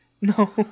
No